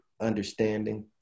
understanding